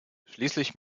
schließlich